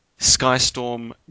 Skystorm